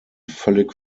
völlig